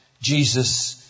Jesus